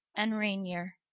and reigneir.